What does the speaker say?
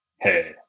Hey